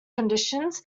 conditions